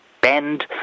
bend